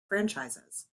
franchises